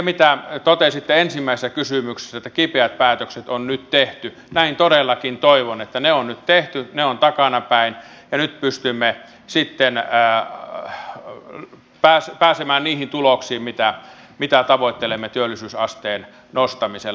mitä totesitte ensimmäisessä kysymyksessä että kipeät päätökset on nyt tehty näin todellakin toivon että ne on nyt tehty ne ovat takanapäin ja nyt pystymme sitten pääsemään niihin tuloksiin mitä tavoittelemme työllisyysasteen nostamisella